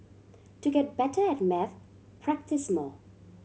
to get better at maths practise more